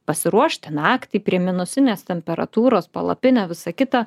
pasiruošti naktį prie minusinės temperatūros palapinę visą kitą